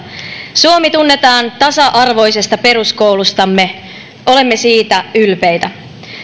suomi tunnetaan tasa arvoisesta peruskoulustamme olemme siitä ylpeitä